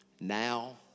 Now